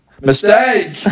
Mistake